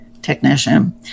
technician